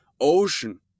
ocean